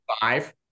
Five